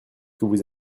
vous